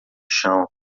chão